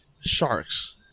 sharks